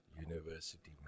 university